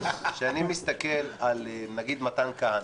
כשאני מסתכל, נגיד, על מתן כהנא,